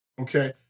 okay